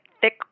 thick